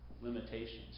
limitations